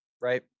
right